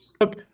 Look